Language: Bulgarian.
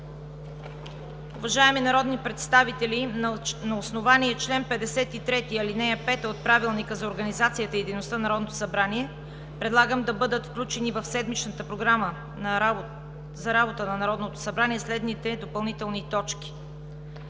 Уважаеми народни представители, на основание чл. 53, ал. 5 от Правилника за организацията и дейността на Народното събрание предлагам да бъдат включени в седмичната Програма за работа на Народното събрание следните допълнителни точки: